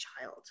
child